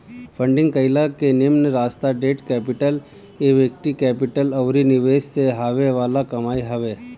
funding कईला के निमन रास्ता डेट कैपिटल, इक्विटी कैपिटल अउरी निवेश से हॉवे वाला कमाई हवे